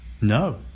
No